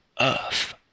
earth